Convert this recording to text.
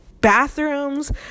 bathrooms